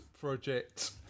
Project